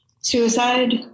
Suicide